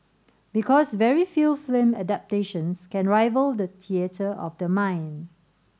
because very few film adaptations can rival the theatre of the mind